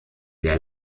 der